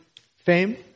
Fame